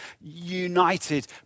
united